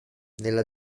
nella